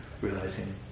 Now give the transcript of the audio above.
realizing